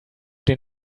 den